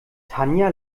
tanja